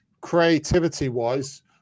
creativity-wise